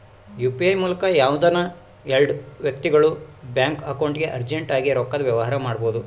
UPI ಮೂಲಕ ಯಾವ್ದನ ಎಲ್ಡು ವ್ಯಕ್ತಿಗುಳು ಬ್ಯಾಂಕ್ ಅಕೌಂಟ್ಗೆ ಅರ್ಜೆಂಟ್ ಆಗಿ ರೊಕ್ಕದ ವ್ಯವಹಾರ ಮಾಡ್ಬೋದು